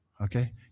Okay